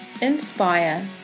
inspire